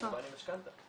כמובן עם משכנתא.